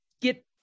get